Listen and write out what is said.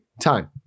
Time